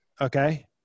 Okay